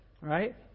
right